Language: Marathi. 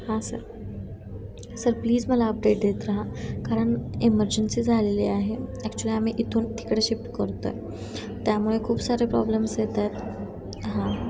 हां सर सर प्लीज मला अपडेट देत राहा कारण इमर्जन्सी झालेली आहे ॲक्च्युली आम्ही इथून तिकडे शिप्ट करतो आहे त्यामुळे खूप सारे प्रॉब्लेम्स येत आहेत हां